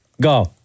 Go